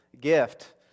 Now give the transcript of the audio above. gift